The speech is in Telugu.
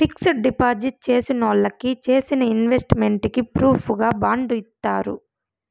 ఫిక్సడ్ డిపాజిట్ చేసినోళ్ళకి చేసిన ఇన్వెస్ట్ మెంట్ కి ప్రూఫుగా బాండ్ ఇత్తారు